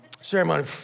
Ceremony